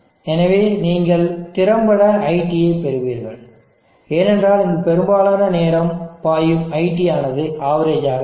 எனவே நீங்கள் திறம்பட IT யைப் பெறுவீர்கள் ஏனென்றால் இங்கு பெரும்பாலான நேரம் பாயும் IT ஆனது அவரேஜ் ஆக இருக்கும்